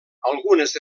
algunes